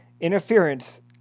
interference